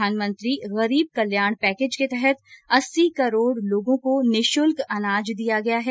प्रधानमंत्री गरीब कल्याण पैकेज के तहत अस्सी करोड लोगों को निःशुल्क अनाज दिया गया है